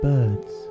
Birds